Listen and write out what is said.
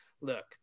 look